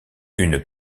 une